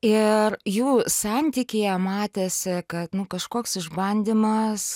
ir jų santykyje matėsi kad nu kažkoks išbandymas